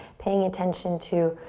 paying attention to,